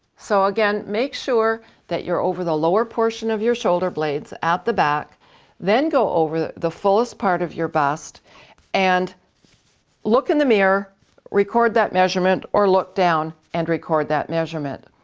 so again make sure that you're over the lower portion of your shoulder blades at the back then go over the the fullest part of your bust and look in the mirror record that measurement or look down and record that measurement.